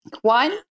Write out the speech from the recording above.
One